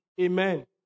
Amen